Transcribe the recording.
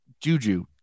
Juju